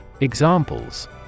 Examples